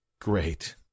great